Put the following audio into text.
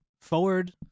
forward